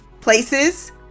places